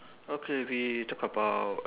okay we talk about